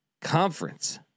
conference